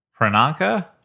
Pranaka